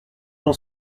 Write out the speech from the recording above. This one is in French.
j’en